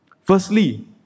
Firstly